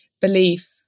belief